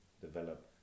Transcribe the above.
develop